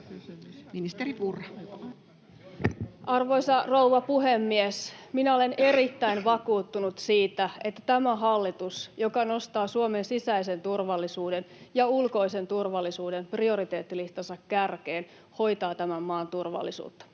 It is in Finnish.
Arvoisa rouva puhemies! Minä olen erittäin vakuuttunut siitä, että tämä hallitus, joka nostaa Suomen sisäisen turvallisuuden ja ulkoisen turvallisuuden prioriteettilistansa kärkeen, hoitaa tämän maan turvallisuutta